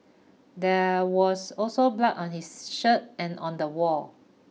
there was also blood on his shirt and on the wall